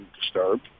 Disturbed